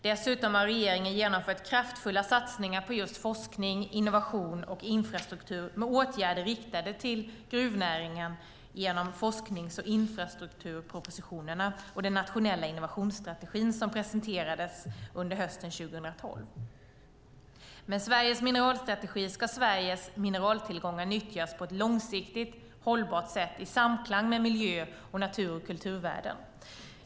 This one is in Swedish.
Dessutom har regeringen genomfört kraftfulla satsningar på just forskning, innovation och infrastruktur med åtgärder riktade till gruvnäringen genom forsknings och infrastrukturpropositionerna och den nationella innovationsstrategin, som presenterades under hösten 2012. Med Sveriges mineralstrategi ska Sveriges mineraltillgångar nyttjas på ett långsiktigt hållbart sätt i samklang med miljö och natur och kulturvärden.